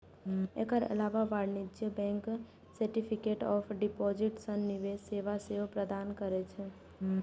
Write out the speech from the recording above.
एकर अलावे वाणिज्यिक bank certificate of deposit सन निवेश सेवा सेहो प्रदान करै छै